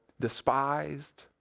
despised